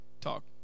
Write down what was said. Talk